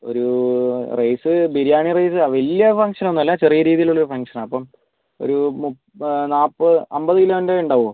ഒരൂ rice biryani rice വലിയ function ഒന്നും അല്ല ചെറിയ രീതിയിലുള്ള ഫങ്ക്ഷനാ അപ്പം ഒരു മുപ്പത് നാൽപ്പത് അൻപത് കില്ലോന്റെ ഉണ്ടാവുമോ